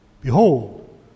Behold